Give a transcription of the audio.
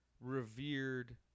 revered